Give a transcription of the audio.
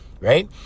Right